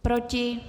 Proti?